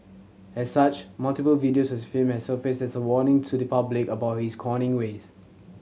as such multiple videos of him have surfaced as a warning to the public about his conning ways